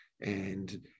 and-